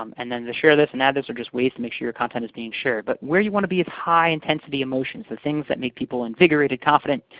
um and then the share this and add this are just ways to make sure your content is being shared. but where you want to be is high intensity emotions, so things that make people invigorated, confident,